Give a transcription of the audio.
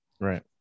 right